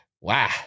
Wow